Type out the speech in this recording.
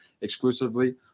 exclusively